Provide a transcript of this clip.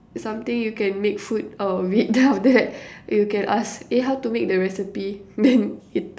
something you can make food out of it then after that you can ask eh how to make the recipe then it